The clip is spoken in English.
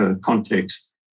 context